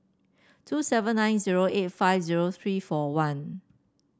two seven nine zero eight five zero three four one